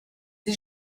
did